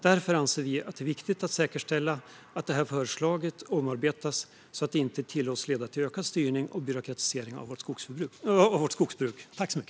Därför anser vi att det är viktigt att säkerställa att det här förslaget omarbetas så att det inte tillåts leda till ökad styrning och byråkratisering av vårt skogsbruk.